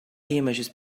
images